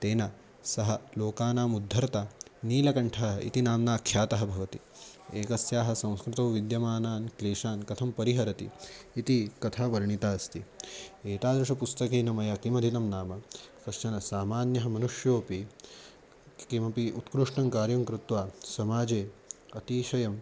तेन सः लोकानाम् उद्धर्ता नीलकण्ठः इति नाम्नाख्यातः भवति एकस्याः संस्कृतौ विद्यमानान् क्लेशान् कथं परिहरति इति कथा वर्णिता अस्ति एतादृशपुस्तकेन मया किमदितं नाम कश्चन सामान्यः मनुष्योपि किमपि उत्कृष्टङ्कार्यं कृत्वा समाजे अतिशयं